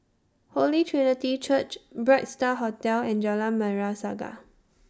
Holy Trinity Church Bright STAR Hotel and Jalan Merah Saga